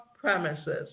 premises